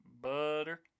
butter